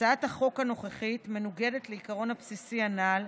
הצעת החוק הנוכחית מנוגדת לעיקרון הבסיסי הנ"ל,